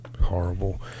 Horrible